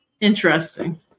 interesting